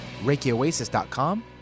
ReikiOasis.com